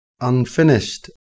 unfinished